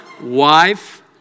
wife